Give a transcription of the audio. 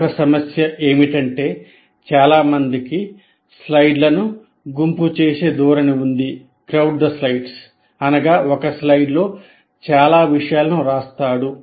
మరొక సమస్య ఏమిటంటే చాలా మందికి స్లైడ్లను గుంపు చేసే ధోరణి ఉంది అనగా ఒక స్లైడ్లో చాలా విషయాలను రాస్తారు